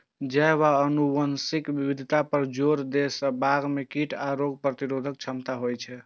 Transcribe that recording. जैव आ आनुवंशिक विविधता पर जोर दै सं बाग मे कीट आ रोग प्रतिरोधक क्षमता होइ छै